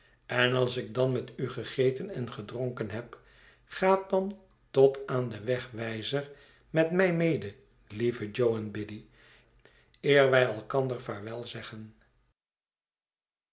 en als ik dan met u gegeten en gedronken heb gaat dan tot aan den wegwyzer met mij mede lieve jo en biddy eer wij elkander